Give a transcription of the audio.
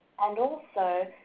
and also